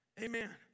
Amen